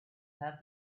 have